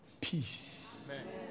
Peace